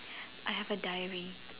I have a diary